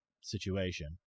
situation